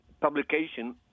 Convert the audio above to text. publication